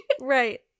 Right